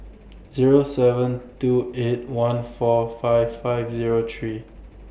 Zero seven two eight one four five five Zero three